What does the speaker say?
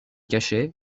cachets